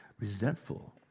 resentful